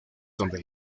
donde